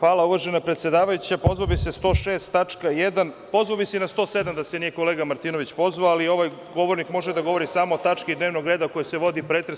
Hvala, uvažena predsedavajuća, Pozvao bih se na član 106. tačka 1, pozvao bih se i na član 107. da se nije kolega Martinović pozvao, ali ovaj govornik može da govori samo o tački dnevnog reda o kojoj se vodi pretres.